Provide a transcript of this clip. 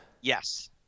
Yes